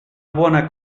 buona